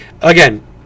again